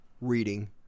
reading